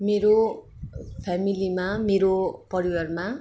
मेरो फ्यामिलीमा मेरो परिवारमा